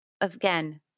again